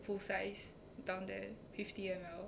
full size down there fifty M_L